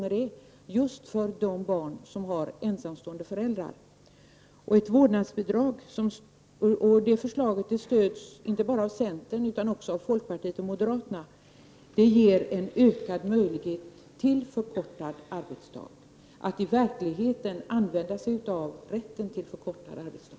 Det gäller just barn som har ensamstående föräldrar. Vårdnadsbidraget, som stöds inte bara av centern utan också av folkpartiet och moderaterna, ger ökade möjligheter att förkorta arbetsdagen, att i verkligheten använda sig av rätten till förkortad arbetsdag.